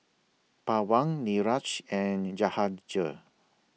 Pawan Niraj and Jahangir